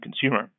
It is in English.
consumer